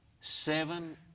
seven